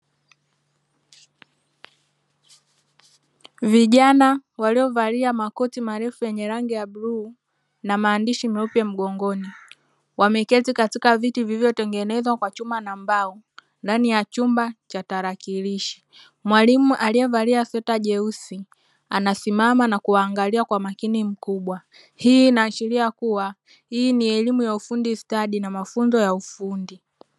Vijana waliovalia makoti marefu yenye rangi ya bluu na maandishi meupe mgongoni, wameketi katika viti vilivyotengenezwa kwa chuma na mbao; ndani ya chumba cha tarakilishi. Mwalimu aliyevalia sweta jeusi, anasimama na kuangalia kwa umakini mkubwa. Hii inaashiria kuwa hii ni elimu ya ufundi stadi na mafunzo ya ufundi.